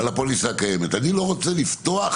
אני לא רוצה לפתוח